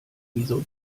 wieso